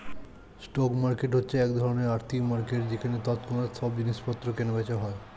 stock market হচ্ছে এক ধরণের আর্থিক মার্কেট যেখানে তৎক্ষণাৎ সব জিনিসপত্র কেনা বেচা হয়